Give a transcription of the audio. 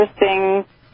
interesting